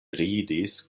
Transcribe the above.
ridis